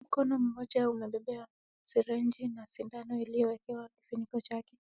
Mkono mmoja umebebea sirenji na sindano iliyowekewa kifuniko chake